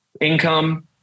income